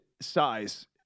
size